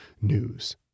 news